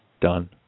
done